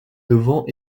devant